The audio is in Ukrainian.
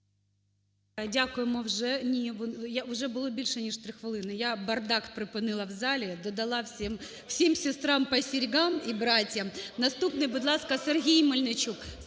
Дякуємо. Ні, вже було більше ніж 3 хвилини. Я бардак припинила в залі і додала всім, всем сестрам по серьгам и братьям. Наступний, будь ласка, Сергій Мельничук.